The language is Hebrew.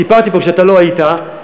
סיפרתי פה כשאתה לא היית,